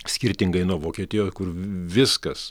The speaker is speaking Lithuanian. skirtingai nuo vokietijo kur viskas